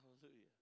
Hallelujah